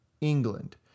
England